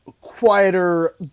quieter